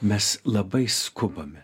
mes labai skubame